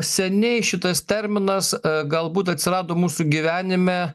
seniai šitas terminas galbūt atsirado mūsų gyvenime